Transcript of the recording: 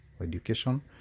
education